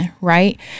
right